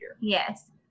yes